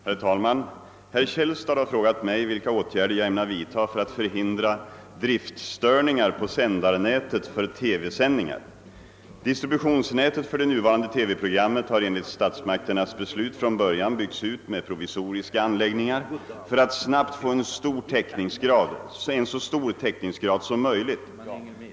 Herr talman! Herr Källstad har frågat mig vilka åtgärder jag ämnar vidta för att förhindra driftstörningar på sändarnätet för TV-sändningar. Distributionsnätet för det nuvarande TV-programmet har enligt statsmakternas beslut från början byggts ut med provisoriska anläggningar för att snabbt få en så stor täckningsgrad som möjligt.